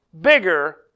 bigger